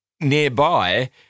nearby